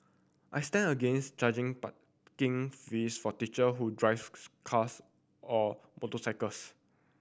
I stand against charging parking fees for teacher who drives cars or motorcycles